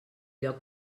lloc